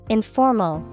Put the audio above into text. Informal